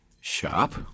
sharp